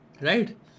Right